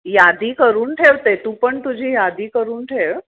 यादी करून ठेवते तू पण तुझी यादी करून ठेव